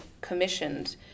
commissioned